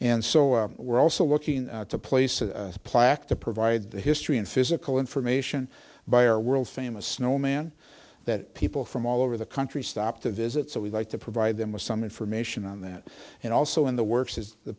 and so we're also looking to place a plaque to provide the history and physical information by our world famous snowman that people from all over the country stop to visit so we'd like to provide them with some information on that and also in the works is